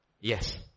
Yes